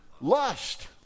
lust